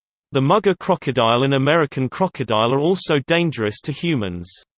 the mugger crocodile and american crocodile are also dangerous to humans.